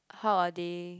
how are they